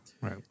right